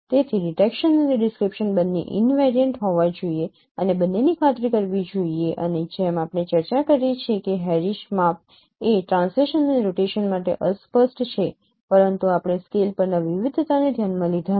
તેથી ડિટેકશન અને ડિસ્ક્રિપ્શન બંને ઈનવેરિયન્ટ હોવા જોઈએ અને બંનેની ખાતરી કરવી જોઈએ અને જેમ આપણે ચર્ચા કરી છે કે હેરિસ માપ એ ટ્રાન્સલેશન અને રોટેશન માટે અસ્પષ્ટ છે પરંતુ આપણે સ્કેલ પરના વિવિધતાને ધ્યાનમાં લીધાં નથી